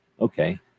Okay